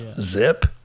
zip